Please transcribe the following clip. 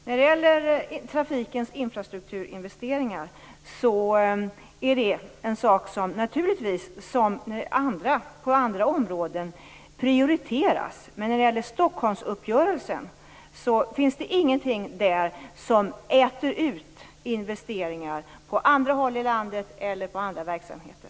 Fru talman! Investeringar i infrastruktur, trafiken, är en fråga om prioriteringar. När det gäller Stockholmsuppgörelsen är det inget där som äter ut investeringar på andra håll i landet eller i andra verksamheter.